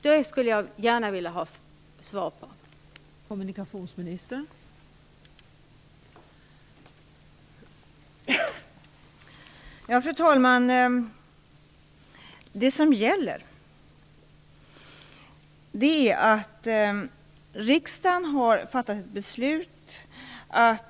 Jag skulle gärna vilja ha svar på dessa frågor.